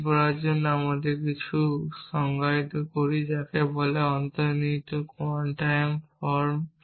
এটি করার জন্য আমরা এমন কিছু সংজ্ঞায়িত করি যাকে বলা হয় অন্তর্নিহিত কোয়ান্টিফায়ার ফর্ম